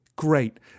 great